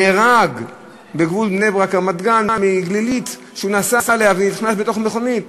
נהרג בגבול בני-ברק רמת-גן שהוא נסע על גלגילית והתנגש במכונית.